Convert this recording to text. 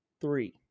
three